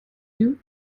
you